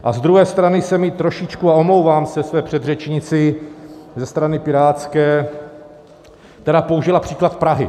A z druhé strany se mi trošku, a omlouvám se své předřečnici ze strany pirátské, která použila příklad Prahy.